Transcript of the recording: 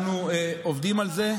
אנחנו עובדים על זה.